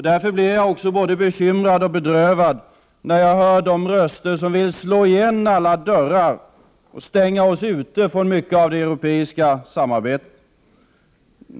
Därför blir jag både bekymrad och bedrövad när jag hör de röster som vill slå igen alla dörrar och stänga oss ute från mycket av det europeiska samarbetet.